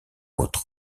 autre